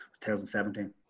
2017